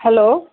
hello